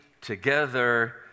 together